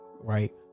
right